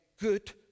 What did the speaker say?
good